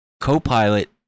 CoPilot